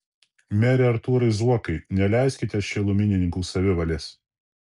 mere artūrai zuokai neleiskite šilumininkų savivalės